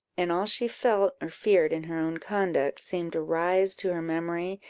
and all she felt or feared in her own conduct, seemed to rise to her memory,